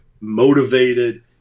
motivated